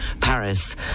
Paris